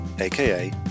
aka